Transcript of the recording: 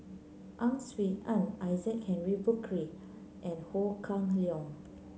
Ang Swee Aun Isaac Henry Burkill and Ho Kah Leong